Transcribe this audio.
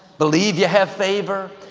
believe you have favor.